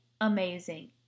amazing